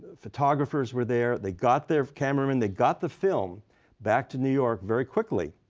photographers were there. they got their cameraman. they got the film back to new york very quickly.